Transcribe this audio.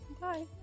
bye